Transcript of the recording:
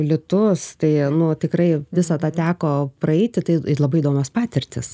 litus tai nu tikrai visą tą teko praeiti tai labai įdomios patirtys